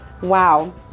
wow